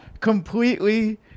completely